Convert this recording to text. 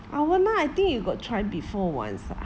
awana I think you got try before once